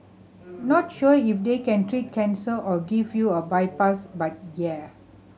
not sure if they can treat cancer or give you a bypass but yeah